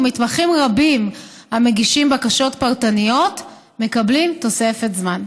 ומתמחים רבים המגישים בקשות פרטניות מקבלים תוספת זמן.